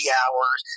hours